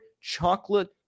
chocolate